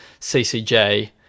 CCJ